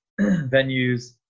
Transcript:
venues